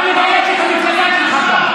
אתה גם מבייש את המפלגה שלך.